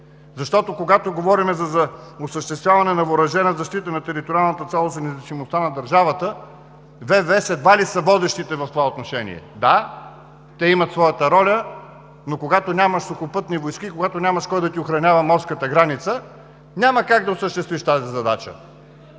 Защото, когато говорим за осъществяване на въоръжена защита на териториалната цялост и независимостта на държавата, ВВС едва ли са водещите в това отношение. Да, те имат своята роля, но когато нямаш Сухопътни войски, когато нямаш кой да ти охранява морската граница, няма как да осъществиш тази задача.